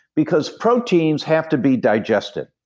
because proteins have to be digested.